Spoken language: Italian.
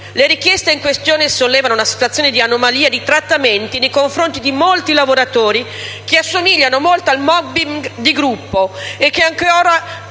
Le richieste in questione sollevano una situazione di anomalia nei trattamenti nei confronti di molti lavoratori, che assomiglia molto al *mobbing* di gruppo e che ancora